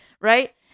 right